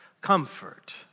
comfort